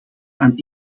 aan